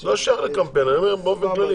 לא שייך לקמפיין, אני אומר באופן כללי.